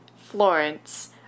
Florence